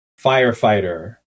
firefighter